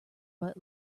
but